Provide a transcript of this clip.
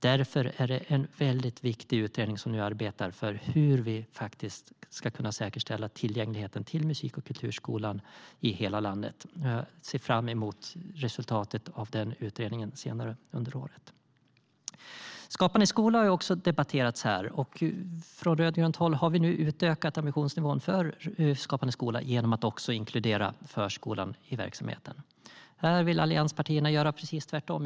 Därför är det en mycket viktig utredning som arbetar för hur vi ska kunna säkerställa tillgängligheten till musik och kulturskolan i hela landet. Jag ser fram emot resultatet av utredningen senare under året. Skapande skola har också debatterats här. Från rödgrönt håll har vi utökat ambitionsnivån för Skapande skola genom att inkludera förskolan i verksamheten. Där vill allianspartierna göra precis tvärtom.